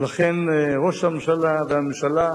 ולכן ראש הממשלה והממשלה